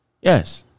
Yes